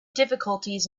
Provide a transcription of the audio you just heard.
difficulties